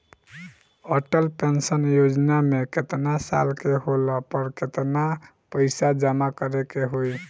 Atal pension योजना मे केतना साल के होला पर केतना पईसा जमा करे के होई?